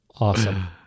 Awesome